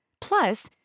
plus